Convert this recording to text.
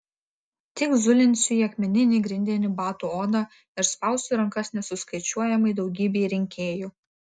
tik zulinsiu į akmeninį grindinį batų odą ir spausiu rankas nesuskaičiuojamai daugybei rinkėjų